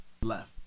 left